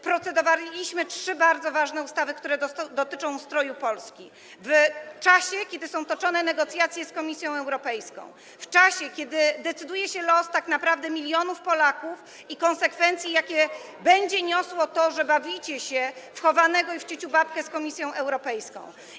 Procedowaliśmy trzy bardzo ważne ustawy, które dotyczą ustroju Polski, w czasie, kiedy są toczone negocjacje z Komisją Europejską, w czasie, kiedy decyduje się los tak naprawdę milionów Polaków i konsekwencji, jakie będzie niosło to, że bawicie się w chowanego i w ciuciubabkę z Komisją Europejską.